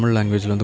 Language